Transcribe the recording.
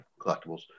collectibles